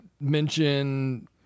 mention